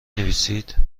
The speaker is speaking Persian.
نویسید